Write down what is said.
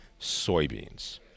soybeans